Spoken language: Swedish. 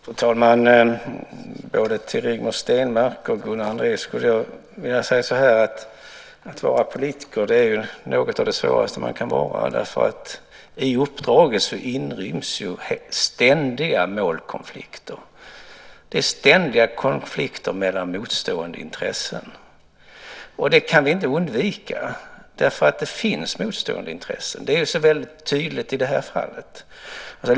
Fru talman! Både till Rigmor Stenmark och Gunnar Andrén skulle jag vilja säga att något av det svåraste man kan vara är att vara politiker. I uppdraget inryms ständiga målkonflikter. Det är ständiga konflikter mellan motstående intressen. Det kan vi inte undvika. Det finns motstående intressen. Det är så väldigt tydligt i det här fallet.